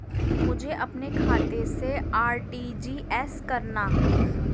मुझे अपने खाते से आर.टी.जी.एस करना?